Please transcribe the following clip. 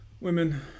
Women